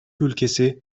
ülkesi